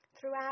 Throughout